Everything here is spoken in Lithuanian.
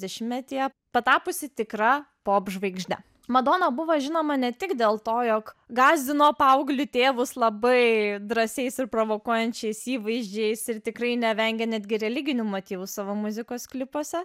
dešimtmetyje patapusi tikra popžvaigžde madona buvo žinoma ne tik dėl to jog gąsdino paauglių tėvus labai drąsiais ir provokuojančiais įvaizdžiais ir tikrai nevengė netgi religinių motyvų savo muzikos klipuose